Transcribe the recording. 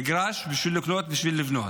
מגרש, בשביל לקנות, בשביל לבנות.